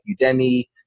Udemy